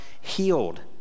healed